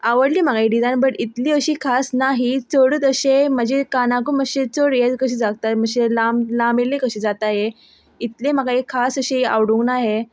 आवडली म्हाका ही डिजायन बट इतली अशी खास ना ही चडूच अशें म्हजे कानाकू मातशे चड हें कशें जाताय मातशें लांब लांबेली कशी जाताय इतलें म्हाका हें खास अशें आवडूंक ना हे